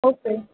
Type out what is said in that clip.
okay